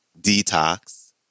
Detox